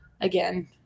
again